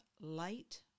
light